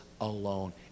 alone